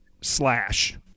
slash